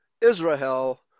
Israel